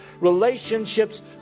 relationships